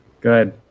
Good